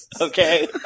Okay